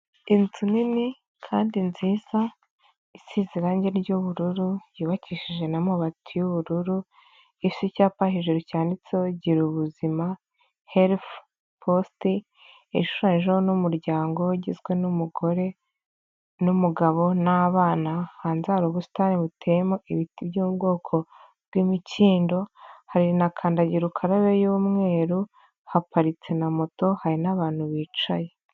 Inzu nini kandi nziza isize irangi ry'ubururu yubakishije na amabati y'ubururu ifite icyapa hejuru cyanditseho gira ubuzima health post, ishushanyijeho n'umuryango ugizwe n'umugore n'umugabo n'abana, hanze hari ubusitani buteyemo ibiti by'ubwoko bw'imikindo hari na kandagirukarabe y'umweru haparitse na moto hari n'abantu bicaye.